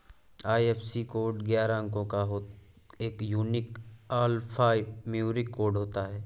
IFSC code ग्यारह अंको का एक यूनिक अल्फान्यूमैरिक कोड होता है